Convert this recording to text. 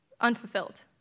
unfulfilled